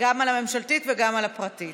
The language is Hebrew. גם על הממשלתית וגם על הפרטית.